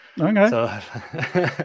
Okay